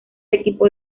equipo